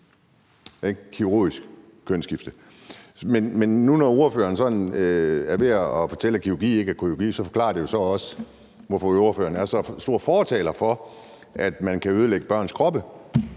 kirurgisk kønsskifte, ikke? Men nu når ordføreren sådan er ved at fortælle, at kirurgi ikke er kirurgi, forklarer det jo så også, hvorfor ordføreren er så stor fortaler for, at man kan ødelægge børns kroppe,